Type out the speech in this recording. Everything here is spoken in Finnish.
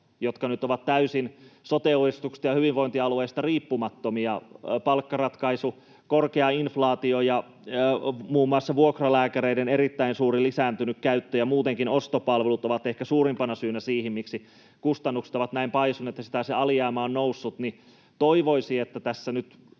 se on täysin sote-uudistuksesta ja hyvinvointialueista riippumatonta, kun palkkaratkaisu, korkea inflaatio ja muun muassa vuokralääkäreiden erittäin suuri lisääntynyt käyttö ja muutenkin ostopalvelut ovat ehkä suurimpana syynä siihen, miksi kustannukset ovat näin paisuneet ja sittenhän se alijäämä on noussut. Toivoisi, että tässä nyt